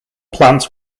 plants